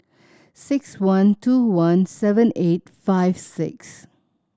six one two one seven eight five six